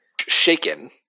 shaken